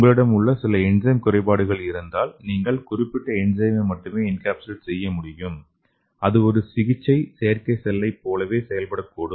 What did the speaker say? உங்களிடம் சில என்சைம் குறைபாடுகள் இருந்தால் நீங்கள் குறிப்பிட்ட என்சைமை மட்டுமே என்கேப்சுலேட் செய்ய முடியும் அது ஒரு சிகிச்சை செயற்கை செல்களைப் போல செயல்படக்கூடும்